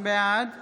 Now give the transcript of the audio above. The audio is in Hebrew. בעד